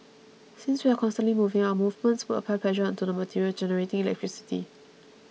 since we are constantly moving our movements would apply pressure onto the material generating electricity